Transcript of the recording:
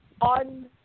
on